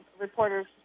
reporters